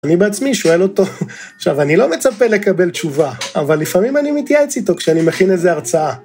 אני בעצמי שואל אותו, עכשיו אני לא מצפה לקבל תשובה, אבל לפעמים אני מתייעץ איתו כשאני מכין איזו הרצאה.